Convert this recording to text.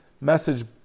message